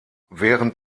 während